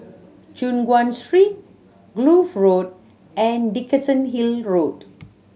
Choon Guan Street Kloof Road and Dickenson Hill Road